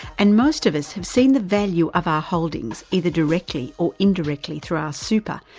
and most of us have seen the value of our holdings, either directly or indirectly through our super,